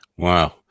Wow